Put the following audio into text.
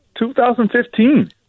2015